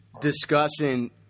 discussing